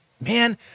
man